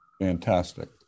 Fantastic